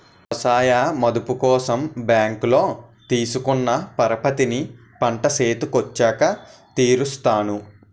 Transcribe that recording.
ఎవసాయ మదుపు కోసం బ్యాంకులో తీసుకున్న పరపతిని పంట సేతికొచ్చాక తీర్సేత్తాను